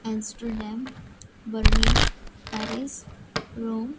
Amsterdam Berlin Paris Rome